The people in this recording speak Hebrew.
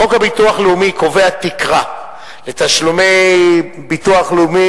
חוק הביטוח הלאומי קובע תקרה לתשלומי ביטוח לאומי